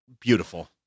beautiful